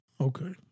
Okay